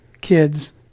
kids